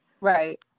Right